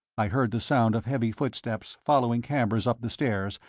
i heard the sound of heavy footsteps following camber's up the stairs,